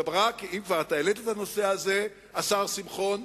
אם כבר העלית את הנושא הזה, השר שמחון,